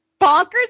bonkers